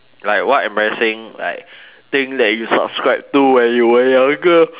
like what embarrassing like thing that you subscribe to when you were younger